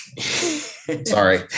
sorry